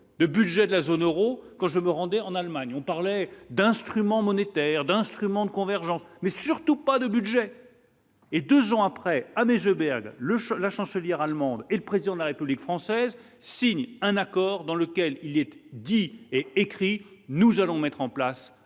le budget de la zone Euro, quand je me rendais en Allemagne, on parlait d'instruments monétaires d'instruments de convergence, mais surtout pas de budget et, 2 ans après année je Berg le choc, la chancelière allemande et le président de la République française signe un accord dans lequel il était dit et écrit, nous allons mettre en place